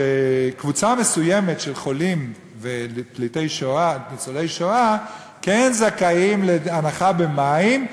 שקבוצה מסוימת של חולים וניצולי שואה כן זכאים להנחה במים,